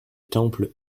temple